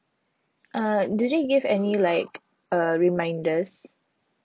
uh do they give any like uh reminders